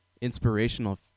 inspirational